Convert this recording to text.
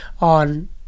on